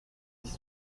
his